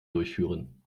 durchführen